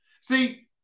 See